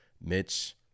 Mitch